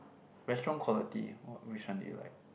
restaurant quality which one do you like